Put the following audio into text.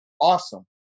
awesome